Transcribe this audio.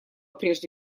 прежде